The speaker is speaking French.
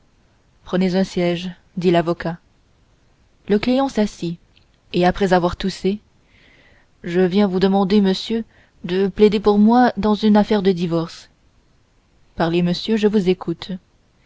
prenez un siège dit l'avocat le client s'assit et après avoir toussé je viens vous demander monsieur de plaider pour moi dans une affaire de divorce parlez monsieur je vous écoute